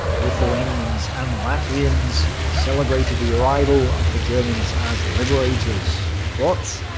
lithuanians and latvians celebrated the arrival of the germans as liberators. but,